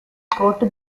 court